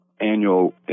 annual